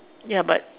ya but